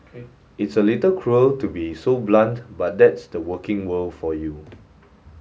it's a little cruel to be so blunt but that's the working world for you